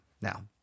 Now